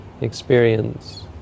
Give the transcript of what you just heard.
experience